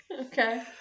Okay